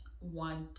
want